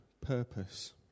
purpose